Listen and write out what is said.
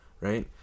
right